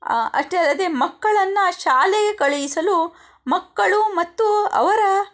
ಅಷ್ಟೇ ಅಲ್ಲದೆ ಮಕ್ಕಳನ್ನು ಶಾಲೆಗೆ ಕಳುಹಿಸಲು ಮಕ್ಕಳು ಮತ್ತು ಅವರ